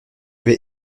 vais